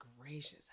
gracious